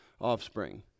offspring